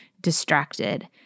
distracted